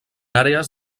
àrees